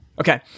okay